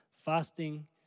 Fasting